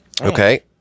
okay